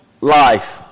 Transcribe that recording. life